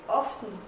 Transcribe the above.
often